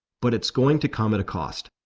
but it's going to come at a cost.